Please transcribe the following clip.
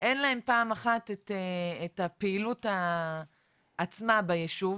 אין להם פעם אחת את הפעילות עצמה בישוב,